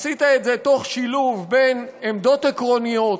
עשית את זה תוך שילוב בין עמדות עקרוניות,